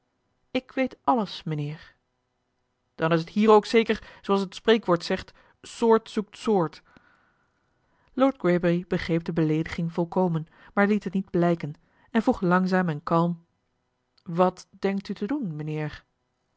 ik weet alles mijnheer dan is t hier ook zeker zooals het spreekwoord zegt soort zoekt soort lord greybury begreep de beleediging volkomen maar liet het niet blijken en vroeg langzaam en kalm wat denkt u te doen mijnheer